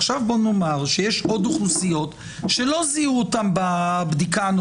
עכשיו בואו נאמר שיש עוד אוכלוסיות שלא זיהו אותן בבדיקה הנוכחית.